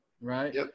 right